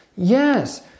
Yes